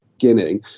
beginning